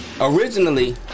originally